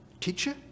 teacher